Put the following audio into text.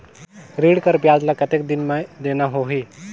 ऋण कर ब्याज ला कतेक दिन मे देना होही?